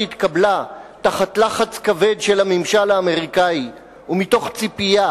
שהתקבלה תחת לחץ כבד של הממשל האמריקני ומתוך ציפייה